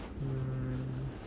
mm